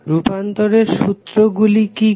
রুপান্তরের সূত্র গুলি কি কি